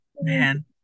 man